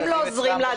הם לא עוזרים לה,